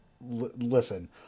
listen